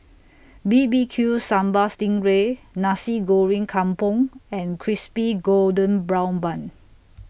B B Q Sambal Sting Ray Nasi Goreng Kampung and Crispy Golden Brown Bun